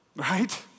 right